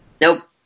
Nope